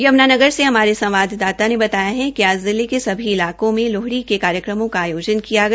यमुनानगर से हमारे संवाददाता ने बताया कि आज जिले के सभी इलाकों मे लोहड़ी के कार्यक्रमों का आयोजन किया गया